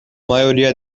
maioria